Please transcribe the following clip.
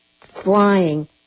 flying